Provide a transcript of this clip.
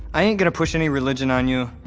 i ain't gonna push any religion on you,